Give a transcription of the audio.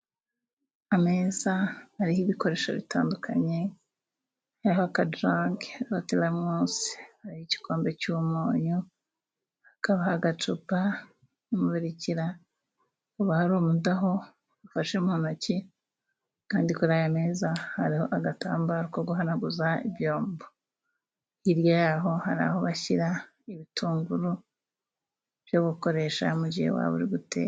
Ameza ariho ibikoresho bitandukanye, hariho aka jage, teremusi hari igikombe cy'umunyu, hakaba agacupa, umubirikira, hakaba hari umudaho afashe mu ntoki, kandi kuri aya meza hariho agatambaro ko guhanaguza ibyombo, hirya yaho hari aho bashyira ibitunguru byo gukoresha mu gihe waba uri guteka.